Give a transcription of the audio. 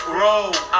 roll